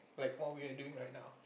like what we are doing right now